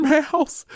Mouse